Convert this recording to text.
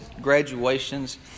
graduations